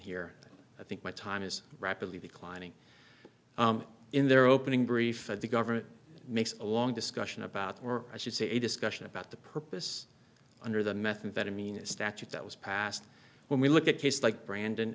here i think my time is rapidly be climbing in their opening brief and the government makes a long discussion about or i should say a discussion about the purpose under the methamphetamine a statute that was passed when we look at cases like brandon